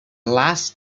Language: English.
last